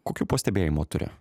kokių pastebėjimų turi